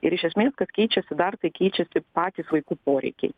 ir iš esmės kas keičiasi dar tai keičiasi patys vaikų poreikiai